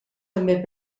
també